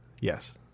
Yes